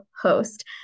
host